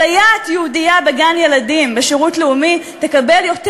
סייעת יהודייה בגן-ילדים בשירות לאומי תקבל יותר